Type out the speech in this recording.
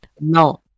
No